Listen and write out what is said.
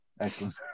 excellent